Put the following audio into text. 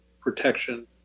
protection